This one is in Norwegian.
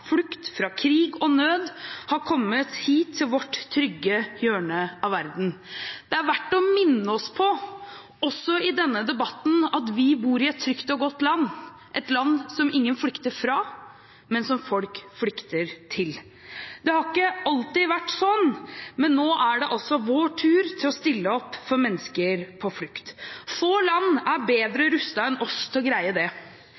flukt fra krig og nød har kommet hit til vårt trygge hjørne av verden. Det er verdt å minne oss på, også i denne debatten, at vi bor i et trygt og godt land – et land som ingen flykter fra, men som folk flykter til. Det har ikke alltid vært slik, men nå er det altså vår tur til å stille opp for mennesker på flukt. Få land er bedre rustet enn oss til å greie det.